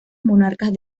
monarcas